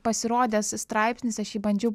pasirodęs straipsnis aš jį bandžiau